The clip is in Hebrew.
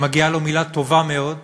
שמגיעה לו מילה טובה מאוד.